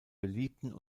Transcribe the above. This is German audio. beliebten